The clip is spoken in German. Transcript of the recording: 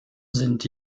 sind